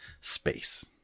space